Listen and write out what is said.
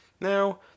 Now